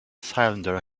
cylinder